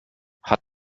hat